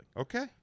Okay